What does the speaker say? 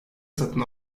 satın